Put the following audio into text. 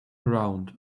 around